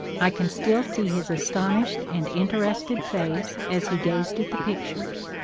i can still see his astonished and in terested face as he gazed at the pictures,